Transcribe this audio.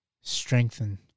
strengthen